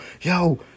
yo